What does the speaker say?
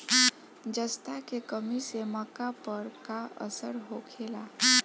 जस्ता के कमी से मक्का पर का असर होखेला?